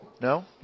No